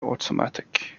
automatic